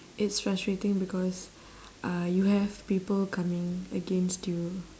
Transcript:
it's frustrating because uh you have people coming against you